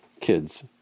Kids